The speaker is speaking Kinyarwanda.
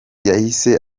yahise